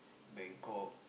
Bangkok